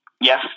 Yes